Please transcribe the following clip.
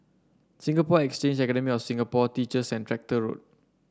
Singapore Exchange Academy of Singapore Teachers and Tractor Road